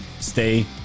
stay